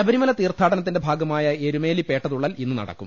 ശബരിമല് തീർത്ഥാടനത്തിന്റെ ഭാഗമായ എരുമേലി പേട്ടതു ള്ളൽ ഇന്ന് ്നട്ടക്കും